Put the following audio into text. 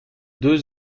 deux